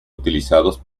utilizados